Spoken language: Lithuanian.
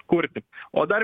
kurti o dar